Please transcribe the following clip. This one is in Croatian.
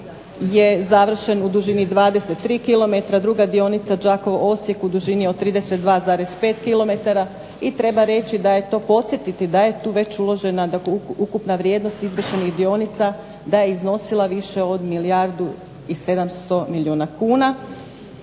je završen u dužini 23 km, druga dionica Đakovo-Osijek u dužini od 32,5 km i treba reći da je to, podsjetiti da je tu već uložena ukupna vrijednost izvršenih dionica da je iznosila više od milijardu i 700 milijuna kuna.